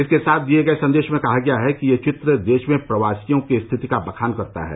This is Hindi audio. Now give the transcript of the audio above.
इसके साथ दिए गए संदेश में कहा गया है कि यह चित्र देश में प्रवासियों की स्थिति का बखान करता है